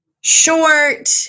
short